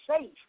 safe